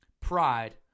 pride